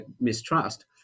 mistrust